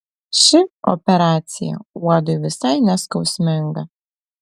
ši operacija uodui visai neskausminga